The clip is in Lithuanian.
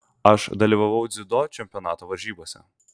aš dalyvavau dziudo čempionato varžybose